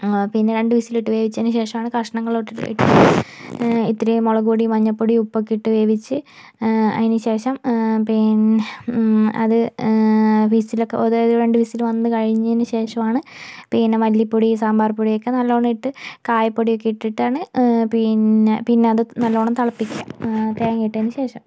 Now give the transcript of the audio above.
പിന്നെ രണ്ട് വിസിൽ ഇട്ട് വേവിച്ചതിനു ശേഷമാണ് കഷ്ണങ്ങളോട്ട് ഇത്തിരി മുളകുപൊടി മഞ്ഞൾപ്പൊടി ഉപ്പൊക്കെ ഇട്ട് വേവിച്ച് അതിന് ശേഷം പിന്നെ അത് വിസിലൊക്കെ അതായത് രണ്ട് വിസില് വന്ന് കഴിഞ്ഞതിന് ശേഷമാണ് പിന്നെ മല്ലിപ്പൊടി സാമ്പാർപ്പൊടിയൊക്കെ നല്ലോണം ഇട്ട് കായപ്പൊടിയൊക്കെ ഇട്ടിട്ടാണ് പിന്നെ പിന്നെ അത് നല്ലോണം തിളപ്പിക്കുക തേങ്ങ ഇട്ടതിനു ശേഷം